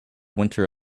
winter